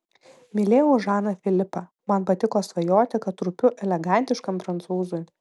mylėjau žaną filipą man patiko svajoti kad rūpiu elegantiškam prancūzui